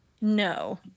No